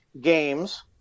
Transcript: games